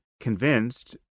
convinced